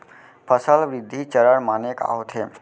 फसल वृद्धि चरण माने का होथे?